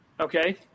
Okay